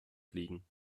fliegen